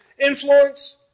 influence